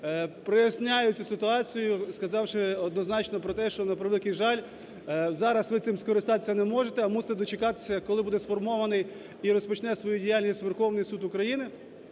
проясняють цю ситуацію, сказавши однозначно про те, що, на превеликий жаль, зараз ви цим скористатися не можете, а мусите дочекатися, коли буде сформований і розпочне свою діяльність Верховний Суд України,